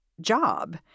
job